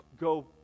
go